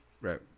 Right